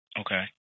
Okay